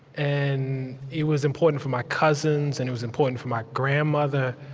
and it was important for my cousins, and it was important for my grandmother.